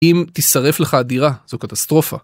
אם תשרף לך הדירה, זו קטסטרופה.